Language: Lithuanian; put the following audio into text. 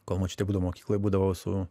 kol močiutė būdavo mokykloj būdavau su